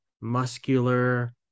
muscular